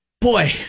boy